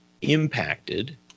impacted